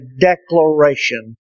declaration